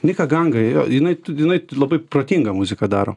nika ganga ėjo jinai jinai labai protingą muziką daro